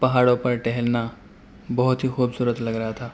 پہاڑوں پر ٹہلنا بہت ہی خوبصورت لگ رہا تھا